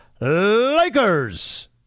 Lakers